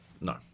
No